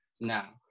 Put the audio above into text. now